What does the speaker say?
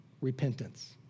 repentance